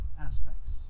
aspects